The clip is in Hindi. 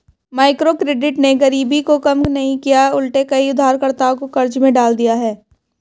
माइक्रोक्रेडिट ने गरीबी को कम नहीं किया उलटे कई उधारकर्ताओं को कर्ज में डाल दिया है